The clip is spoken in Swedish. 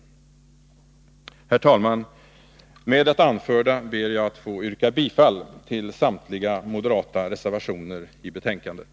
Herr talman! Med det anförda ber jag att få yrka bifall till samtliga moderata reservationer i betänkandet.